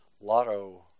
lotto